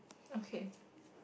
okay